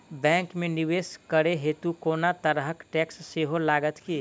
Bank मे निवेश करै हेतु कोनो तरहक टैक्स सेहो लागत की?